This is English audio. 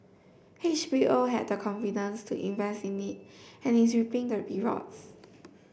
H B O had the confidence to invest in it and is reaping the rewards